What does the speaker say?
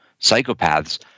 psychopaths